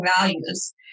values